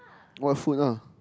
what food lah